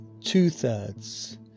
two-thirds